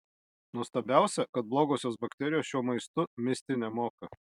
nuostabiausia kad blogosios bakterijos šiuo maistu misti nemoka